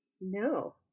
No